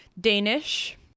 Danish